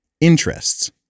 Interests